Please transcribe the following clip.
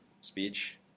speech